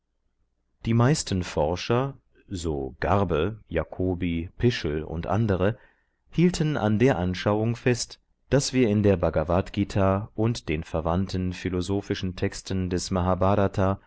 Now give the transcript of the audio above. die meisten forscher so garbe jacobi pischel u a hielten an der anschauung fest daß wir in der bhagavadgt und den verwandten philosophischen texten des